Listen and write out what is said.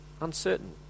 uncertain